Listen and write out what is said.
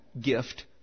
gift